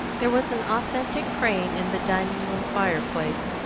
there was an authentic crane in the dining-room fireplace,